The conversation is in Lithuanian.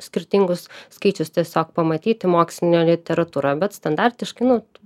skirtingus skaičius tiesiog pamatyti moksline literatūra bet standartiškai nu